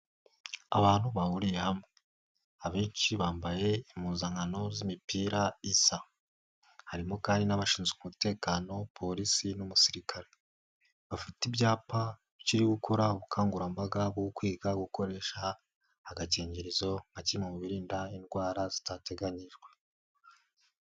Abantu bahuriye hamwe, abenshi bambaye impuzankano z'imipira isa, harimo kandi n'abashinzwe umutekano, Polisi n'umusirikare. Bafite ibyapa bakiri gukora ubukangurambaga bwo kwiga gukoresha agakingirizo nka kimwe mu birinda indwara zitateganyijwe.